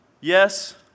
Yes